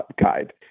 guide